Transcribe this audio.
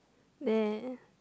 then